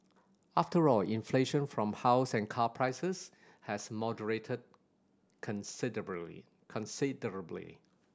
after all inflation from house and car prices has moderated considerably